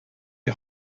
die